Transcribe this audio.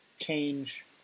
change